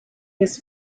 his